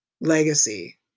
legacy